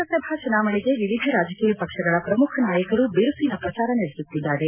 ಲೋಕಸಭಾ ಚುನಾವಣೆಗೆ ವಿವಿಧ ರಾಜಕೀಯ ಪಕ್ಷಗಳ ಪ್ರಮುಖ ನಾಯಕರು ಬಿರುಸಿನ ಪ್ರಚಾರ ನಡೆಸುತ್ತಿದ್ದಾರೆ